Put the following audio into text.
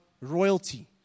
royalty